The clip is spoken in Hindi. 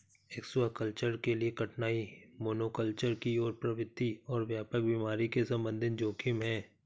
एक्वाकल्चर के लिए कठिनाई मोनोकल्चर की ओर प्रवृत्ति और व्यापक बीमारी के संबंधित जोखिम है